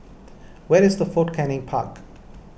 where is Fort Canning Park